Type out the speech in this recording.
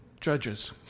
Judges